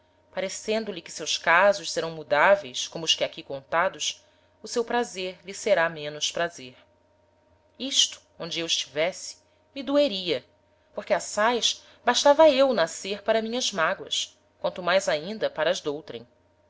parecendo-lhe que seus casos serão mudaveis como os aqui contados o seu prazer lhe será menos prazer isto onde eu estivesse me doeria porque assaz bastava eu nascer para minhas mágoas quanto mais ainda para as